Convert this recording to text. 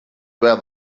where